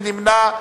מי נמנע?